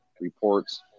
Reports